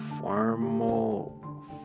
formal